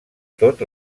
tot